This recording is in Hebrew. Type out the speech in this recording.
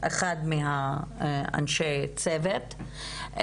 אחד מאנשי הצוות,